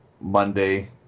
Monday